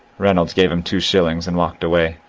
reynolds gave him two shillings, and walked away.